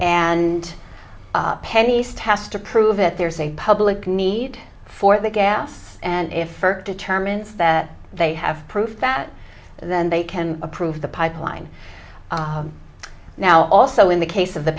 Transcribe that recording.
and penn east has to prove it there's a public need for that gas and if determines that they have proof that then they can approve the pipeline now also in the case of the